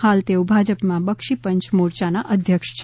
હાલ તેઓ ભાજપમાં બક્ષી પંચ મોરચાના અધ્યક્ષ છે